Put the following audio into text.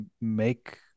make